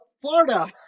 Florida